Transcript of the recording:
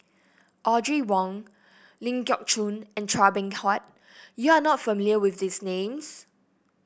Audrey Wong Ling Geok Choon and Chua Beng Huat you are not familiar with these names